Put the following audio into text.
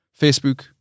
Facebook